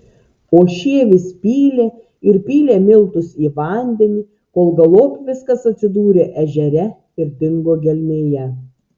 o šie vis pylė ir pylė miltus į vandenį kol galop viskas atsidūrė ežere ir dingo gelmėje